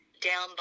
down